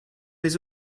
les